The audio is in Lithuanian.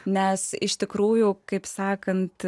nes iš tikrųjų kaip sakant